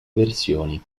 versioni